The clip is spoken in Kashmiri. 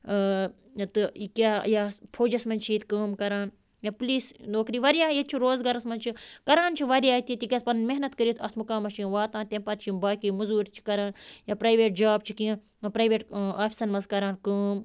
تہٕ یہِ کیٛاہ یہِ فوجَس منٛز چھِ ییٚتہِ کٲم کَران یا پُلیٖس نوکری واریاہ ییٚتہِ چھِ روزگارَس منٛز چھِ کَران چھِ واریاہ تہِ تِکیٛازِ پَنٕنۍ محنت کٔرِتھ اَتھ مُقامَس چھِ یِم واتان تٔمۍ پَتہٕ چھِ یِم باقی مٔزوٗرۍ چھِ کَران یا پرٛایویٹ جاب چھِ کیٚنٛہہ پرٛایویٹ آفسَن منٛز کَران کٲم